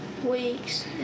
Weeks